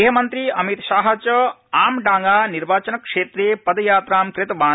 गृहमंत्री अमितशाह च आमडांगा निर्वाचनक्षेत्र पदयात्रां कृतवान्